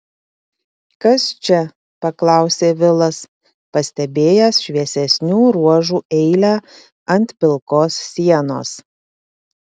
kas čia paklausė vilas pastebėjęs šviesesnių ruožų eilę ant pilkos sienos